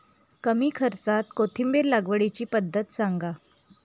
कमी खर्च्यात कोथिंबिर लागवडीची पद्धत सांगा